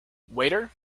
waiter